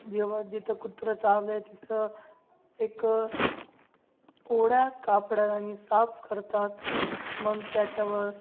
जेव्हा जिथं कुत्रं चावलं आहे तिथं एक ओल्या कपड्याने साफ करतात मग त्याच्यावर